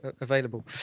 available